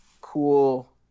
cool